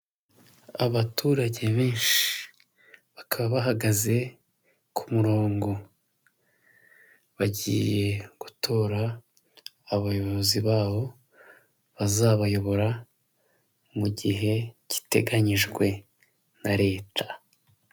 Abaturage benshi bakaba bahagaze ku murongo bagiye gutora abayobozi bawo bazabayobora mu gihe giteganyijwe na leta.